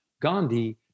Gandhi